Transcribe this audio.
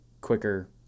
quicker